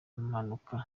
mpanuka